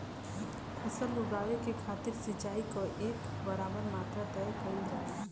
फसल उगावे के खातिर सिचाई क एक बराबर मात्रा तय कइल जाला